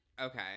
Okay